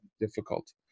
difficult